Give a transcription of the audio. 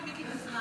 אין בעיה.